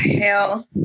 hell